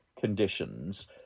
conditions